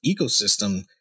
ecosystem